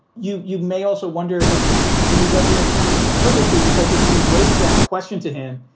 you you may also wonder if if he does it purposely, because if you raise that question to him,